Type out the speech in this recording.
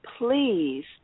please